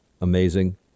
amazing